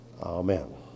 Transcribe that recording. Amen